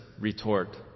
retort